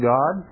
God